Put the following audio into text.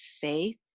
faith